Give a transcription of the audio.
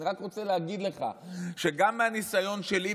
אני רק רוצה להגיד לך שגם מהניסיון שלי,